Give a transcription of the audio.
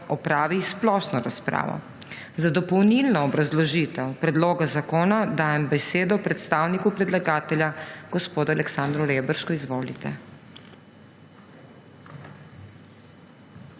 opravi splošno razpravo. Za dopolnilno obrazložitev predloga zakona dajem besedo predstavnici predlagatelja Jelki Godec. Izvolite.